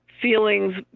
feelings